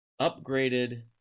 upgraded